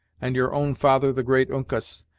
and your own father the great uncas,